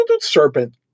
serpent